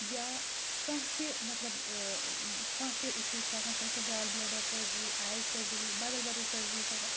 یا کانٛہہ تہِ مَطلب کانٛہہ تہِ اِشوٗ چھُ آسان کٲنٛسہِ چھےٚ گال بٕلیڈَر سٔرجِری آی سٔرجِری بَدل بَدل سٔرجِری چھِ آسان